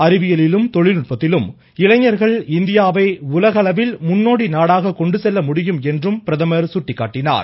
அறிவியலிலும் தொழில்நுட்பத்திலும் இளைஞர்கள் இந்தியாவை உலகளவில் முன்னோடி நாடாக கொண்டுசெல்ல முடியும் என்றும் அவர் சுட்டிக்காட்டினார்